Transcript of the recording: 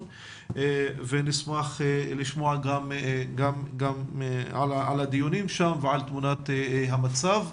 ונשמח לשמוע גם על הדיונים שם ועל תמונת המצב.